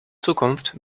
zukunft